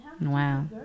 Wow